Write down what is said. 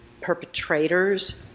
perpetrators